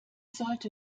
sollte